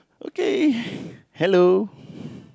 okay hello